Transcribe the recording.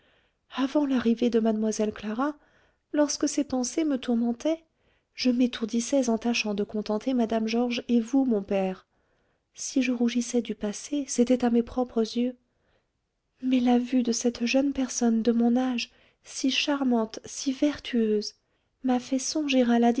avant l'arrivée de mlle clara lorsque ces pensées me tourmentaient je m'étourdissais en tâchant de contenter mme georges et vous mon père si je rougissais du passé c'était à mes propres yeux mais la vue de cette jeune personne de mon âge si charmante si vertueuse m'a fait songer à la